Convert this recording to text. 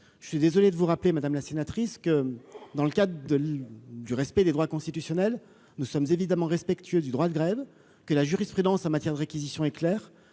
je suis désolé de vous rappeler, Madame la sénatrice, que dans le cadre de du respect des droits constitutionnels, nous sommes évidemment respectueux du droit de grève que la jurisprudence en matière de réquisition est clair